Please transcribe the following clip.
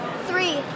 Three